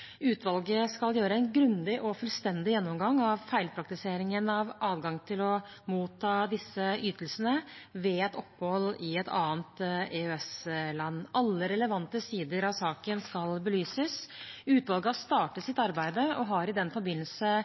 Utvalget skal gjøre en grundig og fullstendig gjennomgang av feilpraktiseringen av adgang til å motta disse ytelsene ved opphold i et annet EØS-land. Alle relevante sider av saken skal belyses. Utvalget har startet sitt arbeid og har i den forbindelse